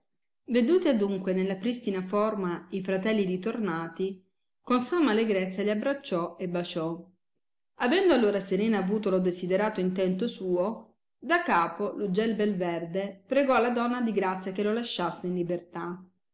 veduti adunque nella pristina forma i fratelli ritornati con somma allegrezza gli abbracciò e basciò avendo allora serena avuto lo desiderato intento suo da capo l ugel bel verde pregò la donna di grazia che lo lasciasse in libertà